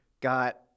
got